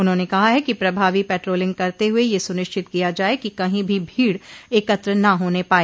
उन्होंने कहा है कि प्रभावी पेट्रोलिंग करते हुए यह सुनिश्चित किया जाए कि कहीं भी भीड़ एकत्र न होने पाए